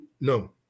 no